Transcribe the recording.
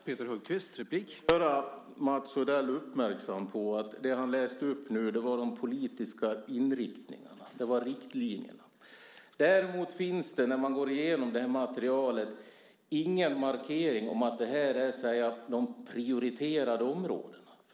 Herr talman! Jag vill göra Mats Odell uppmärksam på att det han läste upp nu var de politiska inriktningarna. Det var riktlinjerna. Däremot finns det, vilket man ser när man går igenom det här materialet, ingen markering om att det här är så att säga de prioriterade områdena.